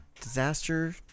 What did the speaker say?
disaster